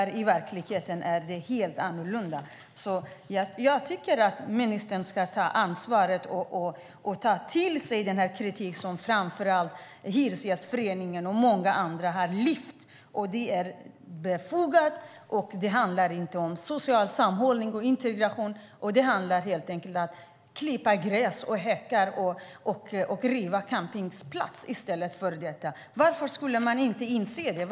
Men i verkligheten är det helt annorlunda. Jag tycker att ministern ska ta ansvar och ta till sig den kritik som framför allt Hyresgästföreningen men även många andra har fört fram, och den är befogad. Det handlar inte om social sammanhållning och integration, utan det handlar i stället helt enkelt om att klippa gräs och häckar och riva campingplatser. Varför kan man inte inse det?